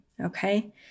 okay